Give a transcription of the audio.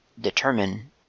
determine